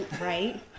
Right